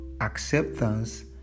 acceptance